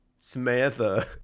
Samantha